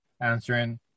answering